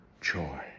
Joy